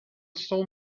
stole